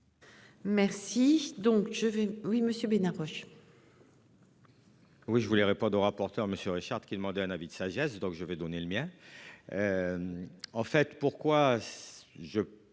Merci donc je vais oui monsieur bé proche. Oui, je voulais pas rapporteur monsieur Richard, qui demandait un avis de sagesse. Donc je vais donner le mien. En fait pourquoi.